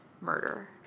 murder